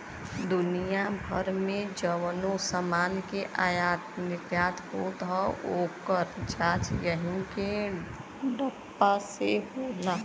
दुनिया भर मे जउनो समान के आयात निर्याट होत हौ, ओकर जांच यही के ठप्पा से होला